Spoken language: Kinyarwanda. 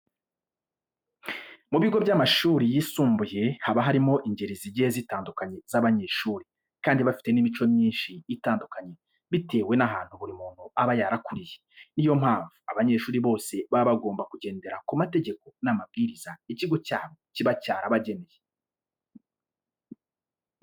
Mu bigo by'amashuri yisumbuye haba harimo ingeri zigiye zitandukanye z'abanyeshuri kandi bafite n'imico myinshi itandukanye bitewe n'ahantu buri muntu aba yarakuriye. Niyo mpamvu abanyeshuri bose baba bagomba kugendera ku mategeko n'amabwiriza ikigo cyabo kiba cyarabageneye.